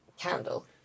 candle